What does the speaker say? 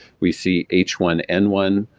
we see h one n one,